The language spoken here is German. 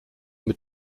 mit